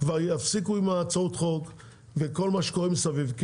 כבר יפסיקו עם הצעות החוק וכל מה שקורה מסביב.